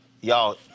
y'all